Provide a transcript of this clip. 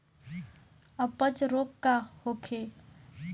अपच रोग का होखे?